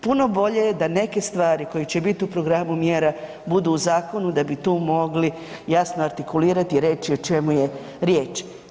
Puno bolje je da neke stvari koje će biti u programu mjera budu u zakonu da bi tu mogli jasno artikulirati i reći o čemu je riječ.